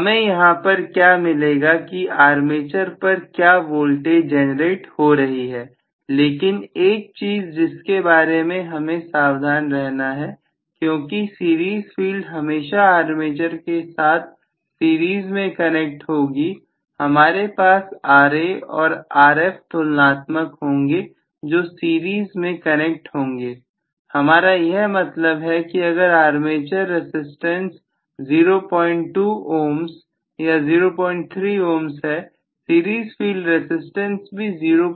हमें यहां पर क्या मिलेगा की आर्मेचर पर क्या वोल्टेज जनरेट हो रही है लेकिन एक चीज जिसके बारे में हमें सावधान रहना है क्योंकि सीरीज फील्ड हमेशा आर्मेचर के साथ सीरीज में कनेक्ट होगी हमारे पास Ra और Rf तुलनात्मक होंगे जो सीरीज में कनेक्ट होंगे हमारा यह मतलब है कि अगर आर्मेचर रसिस्टेंस 02 ohms या 03 ohms है सीरीज फील्ड रसिस्टेंस भी 02